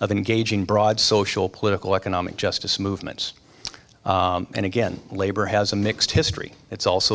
of engaging broad social political economic justice movements and again labor has a mixed history it's also